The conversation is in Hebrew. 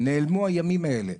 נעלמו הימים האלה.